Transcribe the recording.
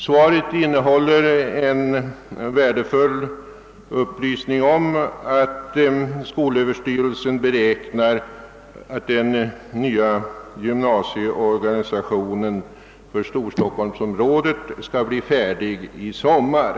Svaret innehåller en värdefull upplysning om att skolöverstyrelsen beräknar att planeringen av den nya gymnasieorganisationen för = storstockholmsområdet skall bli färdig i sommar.